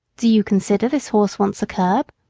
do you consider this horse wants a curb?